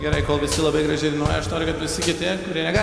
gerai kovėsi labai gražiai aš noriu kad visi kiti kurie negali